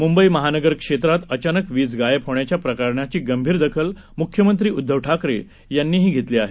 मुंबई महानगर क्षेत्रात अचानक वीज गायब होण्याच्या प्रकरण्याची गंभीर दखल मुख्यमंत्री उद्दव ठाकरे यांनी घेतली आहे